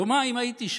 יומיים הייתי שם.